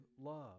love